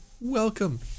Welcome